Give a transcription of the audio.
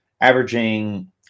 averaging